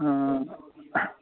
हँ